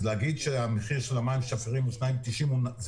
אז להגיד שהמחיר של המים השפירים הוא 2.9 שקלים זה